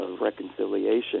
reconciliation